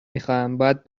میخواهم، باید